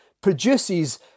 produces